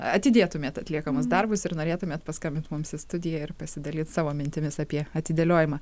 atidėtumėt atliekamus darbus ir norėtumėt paskambint mums į studiją ir pasidalyt savo mintimis apie atidėliojimą